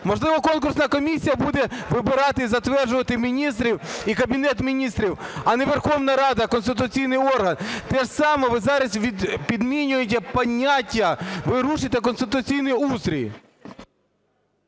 Можливо, конкурсна комісія буде вибирати і затверджувати міністрів і Кабінет Міністрів, а не Верховна Рада - конституційний орган? Те ж саме ви зараз підмінюєте поняття. Ви рушите конституційний устрій.